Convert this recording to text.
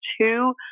two